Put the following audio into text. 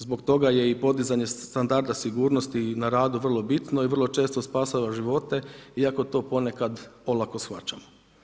Zbog toga je i podizanje standarda sigurnosti na radu vrlo bitno i vrlo često spašava živote iako to ponekad to olako shvaćamo.